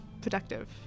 productive